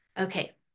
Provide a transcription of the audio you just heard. Okay